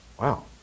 Wow